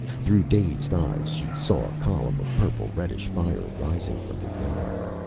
through dazed eyes, she saw a column of purple-reddish fire rising from the yard.